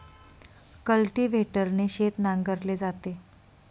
कल्टिव्हेटरने शेत नांगरले जाते